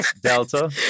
Delta